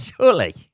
Surely